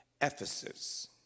Ephesus